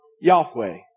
Yahweh